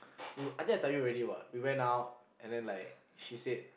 you I think I tell you already what we went out and then like she said